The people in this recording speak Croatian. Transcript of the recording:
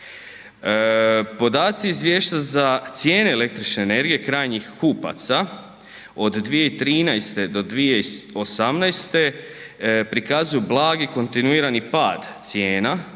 Podaci izvješća za cijene električne energije krajnjih kupaca od 2013. do 2018. prikazuju blagi kontinuirani pad cijena